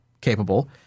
capable